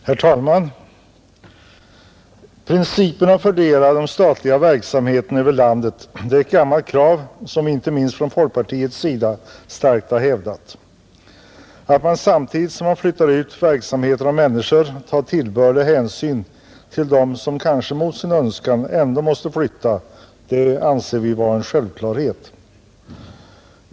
Herr talman! Principen att fördela den statliga verksamheten över landet är ett gammalt krav, som vi inte minst från folkpartiets sida starkt har hävdat, Att man samtidigt som man flyttar ut verksamheter och människor tar tillbörlig hänsyn till dem som kanske mot sin önskan ändock måste flytta, anser vi vara en självklarhet.